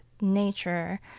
nature